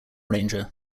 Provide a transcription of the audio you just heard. ranger